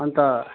अन्त